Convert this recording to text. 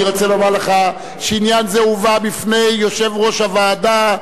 אני רוצה לומר לך שעניין זה הובא בפני יושב-ראש הוועדה,